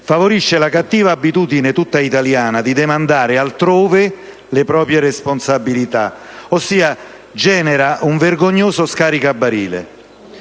favorisce la cattiva abitudine italiana di demandare altrove le proprie responsabilità, ossia genera un vergognoso scaricabarile.